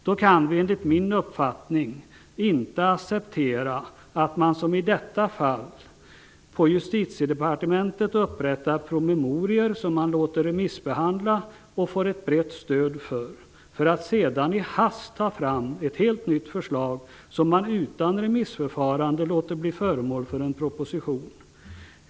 Då kan vi, enligt min uppfattning, inte acceptera att man -- som i detta fall -- på Justitiedepartementet upprättar promemorier, som man låter remissbehandla och får ett brett stöd för, för att sedan i hast ta fram ett helt nytt förslag, som man utan remissförfarande låter bli föremål för en proposition.